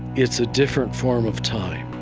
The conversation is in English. it's a different form of time